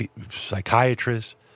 psychiatrists